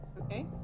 Okay